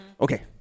Okay